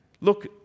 look